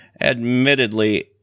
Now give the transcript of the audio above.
Admittedly